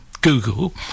Google